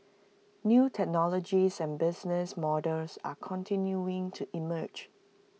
new technologies and business models are continuing to emerge